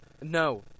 No